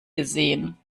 gesehen